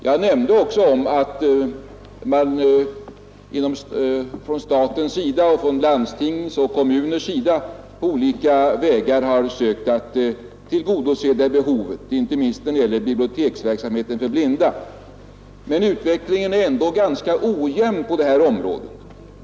Jag nämnde också att man från statens och från landstings och kommuners sida på olika vägar har sökt att tillgodose det behovet, inte minst när det gäller biblioteksverksamheten för blinda, men utvecklingen är ändå ganska ojämn på det här området.